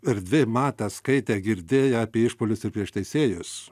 erdvėj matę skaitę girdėję apie išpuolius ir prieš teisėjus